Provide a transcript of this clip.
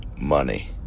money